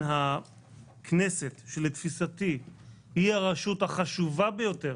שבין הכנסת, שלתפיסתי היא הרשות החשובה ביותר